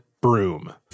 broom